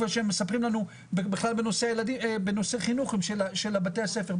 מה שהם מספרים לנו בנושא חינוך של בתי הספר.